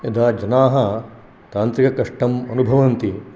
यदा जनाः तान्त्रिककष्टम् अनुभवन्ति